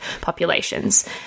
populations